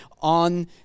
on